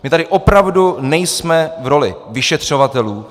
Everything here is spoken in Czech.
My tady opravdu nejsme v roli vyšetřovatelů.